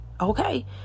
okay